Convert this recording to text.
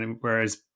Whereas